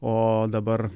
o dabar